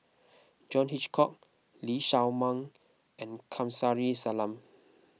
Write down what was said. John Hitchcock Lee Shao Meng and Kamsari Salam